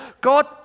God